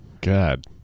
God